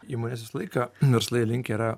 įmonės visą laiką verslai linkę yra